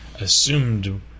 assumed